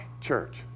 church